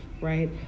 right